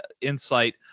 insight